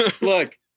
Look